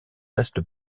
reste